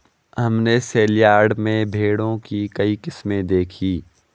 हमने सेलयार्ड में भेड़ों की कई किस्में देखीं